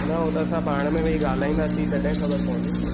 न हू त असां पाण में वही ॻाल्हाईंदासीं तॾहिं ख़बरु पवंदी